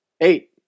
Eight